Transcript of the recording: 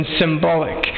symbolic